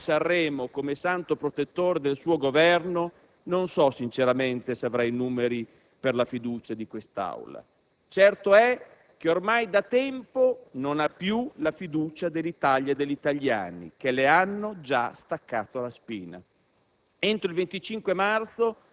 sperando forse di ingaggiare San Remo come santo protettore del suo Governo, non so sinceramente se avrà i numeri per la fiducia di questa Aula. Certo è che ormai da tempo non ha più la fiducia dell'Italia e degli italiani che le hanno già staccato la spina.